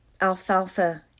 Alfalfa